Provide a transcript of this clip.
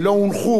לא הונחו,